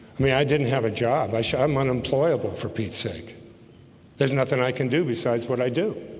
i mean i didn't have a job. i should i'm unemployable for pete's sake there's nothing i can do besides what i do